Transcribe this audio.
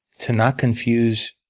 to not confuse